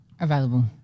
available